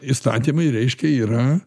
įstatymai reiškia yra